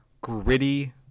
gritty